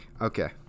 Okay